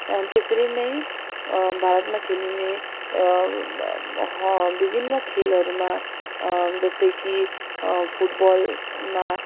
अनि त्यसरी नै भारतमा खेलिने ह विभिन्न खेलहरूमा जस्तै कि फुटबलमा